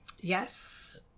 Yes